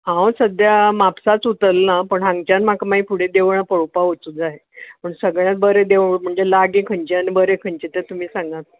हांव सद्या म्हापसाच उतरलां पूण हांगच्यान फुडें म्हाका देवळां पळोवपाक वचूंक जाय सगळ्यांत बरे देवूळ लागी खंयचे आनी बरे खंयचे ते सागांत